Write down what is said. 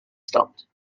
stopped